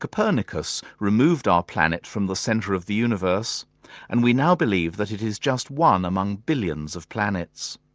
copernicus removed our planet from the centre of the universe and we now believe that it is just one among billions of planets.